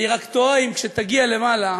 אני רק תוהה אם כשתגיע למעלה,